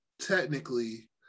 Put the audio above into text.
technically